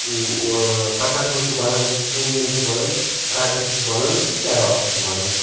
potato چھُ بَنان onion چھُ بَنان ریڈش چھِ بَنان تہٕ کیرٹ تہِ چھِ بَنان